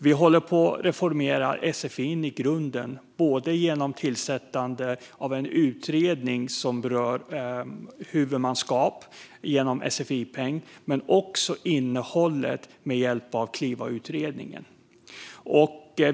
Vi håller på att reformera sfi i grunden, både genom att tillsätta en utredning som berör huvudmannaskap genom sfi-peng och genom att se över innehållet med hjälp av Klivautredningen.